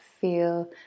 feel